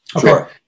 Sure